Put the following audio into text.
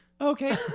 Okay